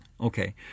Okay